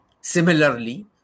Similarly